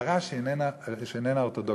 בהגדרה "שאיננה אורתודוקסית".